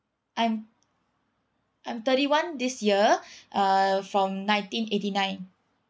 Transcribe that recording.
I'm I'm thirty one this year uh from nineteen eighty nine